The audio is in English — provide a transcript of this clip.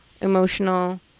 emotional